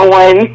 one